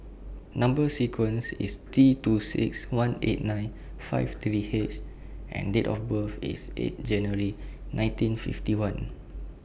Number sequence IS T two six one eight nine five three H and Date of birth IS eight January nineteen fifty one